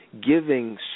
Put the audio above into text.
Giving